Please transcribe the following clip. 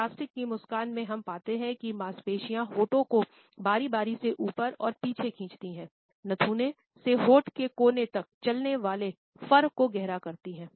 plastic की मुस्कुराहट में हम पाते हैं कि मांसपेशियाँ होठों को बारी बारी से ऊपर और पीछे खींचती हैं नथुने से होंठ के कोने तक चलने वाले फर को गहरा करती हैं